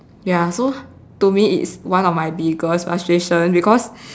ya so to me it's one of my biggest frustration because